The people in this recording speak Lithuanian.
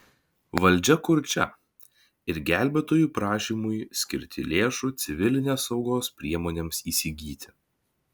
valdžia kurčia ir gelbėtojų prašymui skirti lėšų civilinės saugos priemonėms įsigyti